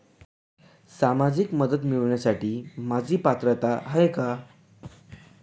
सामाजिक मदत मिळवण्यास माझी पात्रता आहे का?